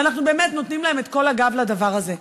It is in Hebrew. ואנחנו באמת נותנים להם את כל הגב לדבר הזה,